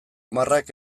marrak